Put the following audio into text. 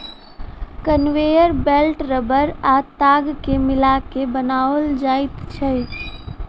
conveyor belt रबड़ आ ताग के मिला के बनाओल जाइत छै